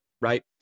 right